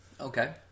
Okay